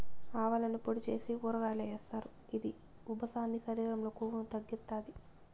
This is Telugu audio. ఆవాలను పొడి చేసి ఊరగాయల్లో ఏస్తారు, ఇది ఉబ్బసాన్ని, శరీరం లో కొవ్వును తగ్గిత్తాది